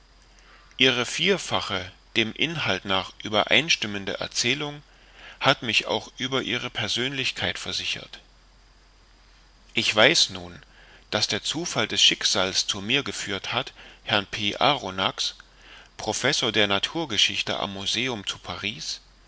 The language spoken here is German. ihre vierfache dem inhalt nach übereinstimmende erzählung hat mich auch über ihre persönlichkeit versichert ich weiß nun daß der zufall des schicksals zu mir geführt hat herrn p arronax professor der naturgeschichte am museum zu paris